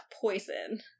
poison